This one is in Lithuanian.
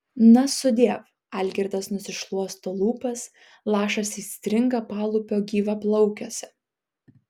na sudiev algirdas nusišluosto lūpas lašas įstringa palūpio gyvaplaukiuose